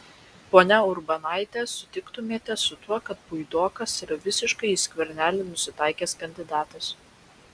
ponia urbonaite sutiktumėte su tuo kad puidokas yra visiškai į skvernelį nusitaikęs kandidatas